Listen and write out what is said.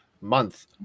month